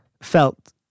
felt